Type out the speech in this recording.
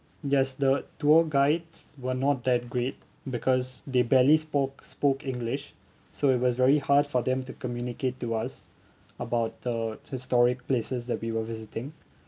yes the tour guides were not that great because they barely spoke spoke english so it was very hard for them to communicate to us about the historic places that we were visiting